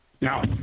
Now